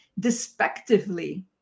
despectively